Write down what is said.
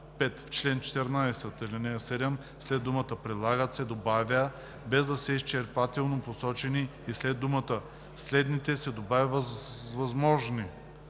чл. 14, ал. 7 след думата „прилагат“ се добавя „без да са изчерпателно посочени“ и след думата „следните“ се добавя „възможни“.